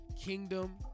Kingdom